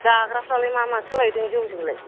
जाग्राफ्रालाय मा माथो लायदों जौजोंलाय